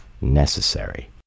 necessary